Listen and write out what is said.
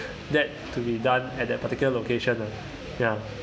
that to be done at that particular location lah ya